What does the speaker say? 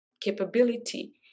capability